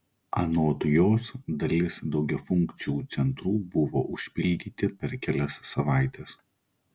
anot jos dalis daugiafunkcių centrų buvo užpildyti per kelias savaites